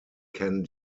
can